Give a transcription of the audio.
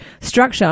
structure